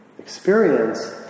experience